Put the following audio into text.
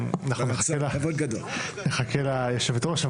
נחכה ליושבת ראש,